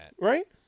Right